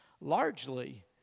largely